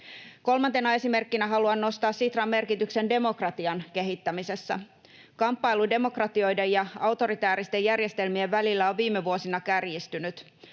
Kolmantena esimerkkinä haluan nostaa Sitran merkityksen demokratian kehittämisessä. Kamppailu demokratioiden ja autoritääristen järjestelmien välillä on viime vuosina kärjistynyt.